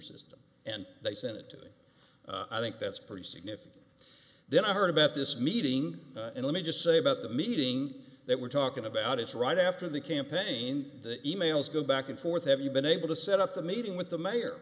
system and they sent it i think that's pretty significant then i heard about this meeting and let me just say about the meeting that we're talking about is right after the campaign the e mails go back and forth have you been able to set up the meeting with the mayor